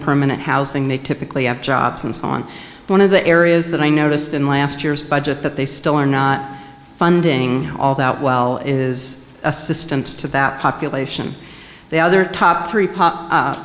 permanent housing they typically have jobs and so on one of the areas that i noticed in last year's budget that they still are not funding all that well is assistance to that population the other top three